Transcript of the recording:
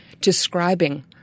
describing